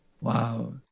Wow